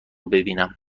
ببینم